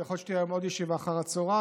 ויכול להיות שתהיה היום עוד ישיבה אחר הצוהריים,